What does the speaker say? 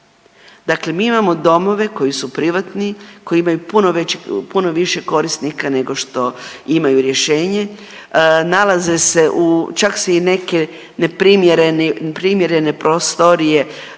Dakle, mi imamo domove koji su privatni, koji imaju puno više korisnika nego što imaju rješenje, nalaze se u, čak se i neke neprimjerene prostorije